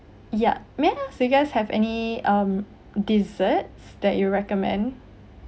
yup may I know you if guys have any um desserts that you'll recommend